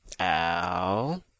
Ow